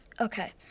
okay